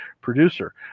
producer